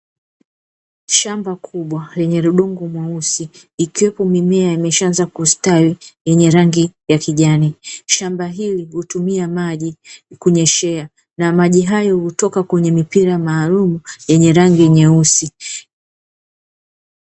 Shamba kubwa lenye udongo mweusi, ikiwepo mimea imeshaanza kustawi yenye rangi ya kijani. Shamba hili hutumia maji kunyweshea, na maji hayo hutoka kwenye mipira maalumu yenye rangi nyeusi.